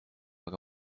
aga